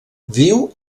viu